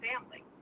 family